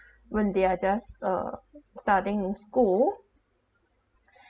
when they are just uh studying in school